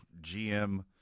GM